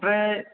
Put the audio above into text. ओमफ्राय